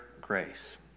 grace